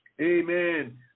Amen